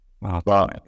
Wow